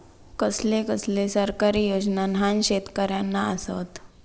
कसले कसले सरकारी योजना न्हान शेतकऱ्यांना आसत?